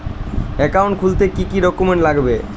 Account খুলতে কি কি ডকুমেন্ট লাগবে?